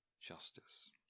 justice